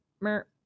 Mer